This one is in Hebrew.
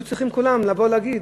צריכים כולם להגיד: